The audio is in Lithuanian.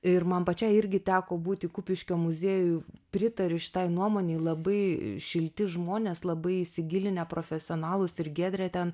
ir man pačiai irgi teko būti kupiškio muziejuj pritariu šitai nuomonei labai šilti žmonės labai įsigilinę profesionalūs ir giedrė ten